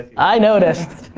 i noticed.